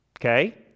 okay